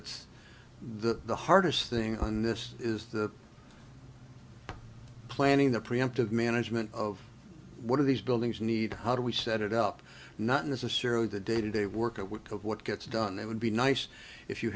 it's the hardest thing on this is the planning the preemptive management of one of these buildings need how do we set it up not necessarily the day to day work a week of what gets done it would be nice if you